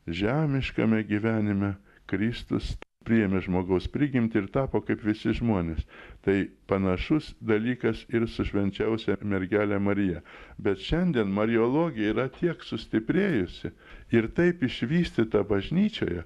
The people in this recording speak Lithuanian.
žemiškame gyvenime kristus priėmė žmogaus prigimtį ir tapo kaip visi žmonės tai panašus dalykas ir su švenčiausiąja mergele marija bet šiandien mariologija yra tiek sustiprėjusi ir taip išvystyta bažnyčioje